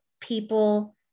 people